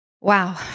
wow